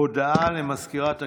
הודעה למזכירת הכנסת,